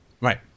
Right